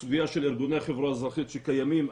הסוגיה של ארגוני החברה האזרחית שקיימים,